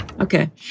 Okay